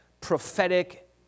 prophetic